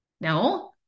No